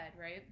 right